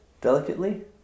Delicately